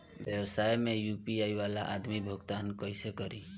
व्यवसाय में यू.पी.आई वाला आदमी भुगतान कइसे करीं?